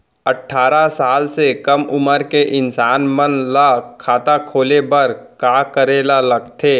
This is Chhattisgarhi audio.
अट्ठारह साल से कम उमर के इंसान मन ला खाता खोले बर का करे ला लगथे?